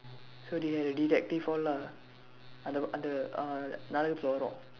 so they had a detective all lah அந்த அந்த :andtha andtha uh நாடகத்துல வரும்:naadakaththula varum